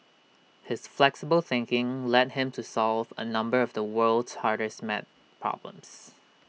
his flexible thinking led him to solve A number of the world's hardest math problems